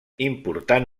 important